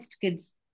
kids